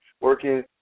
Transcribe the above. working